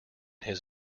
his